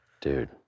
Dude